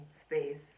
space